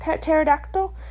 Pterodactyl